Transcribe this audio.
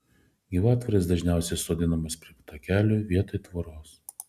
gyvatvorės dažniausiai sodinamos prie takelių vietoj tvoros